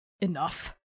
Enough